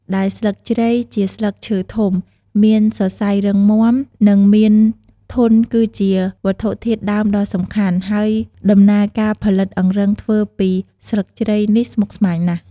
ដែលស្លឹកជ្រៃជាស្លឹកឈើធំ មានសរសៃរឹងមាំ និងមានធន់ គឺជាវត្ថុធាតុដើមដ៏សំខាន់ ហើយដំណើរការផលិតអង្រឹងធ្វើពីស្លឹកជ្រៃនេះស្មុគស្មាញណាស់។